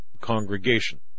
congregation